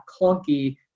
clunky